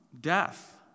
death